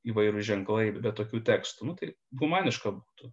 įvairūs ženklai be tokių tekstų nu tai humaniška būtų